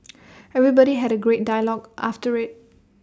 everybody had A great dialogue after IT